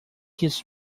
his